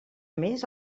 més